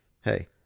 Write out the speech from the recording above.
Hey